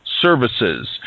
services